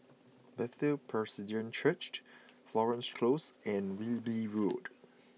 Bethel Presbyterian Church Florence Close and Wilby Road